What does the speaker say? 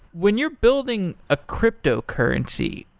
when you're building a cryptocurrency,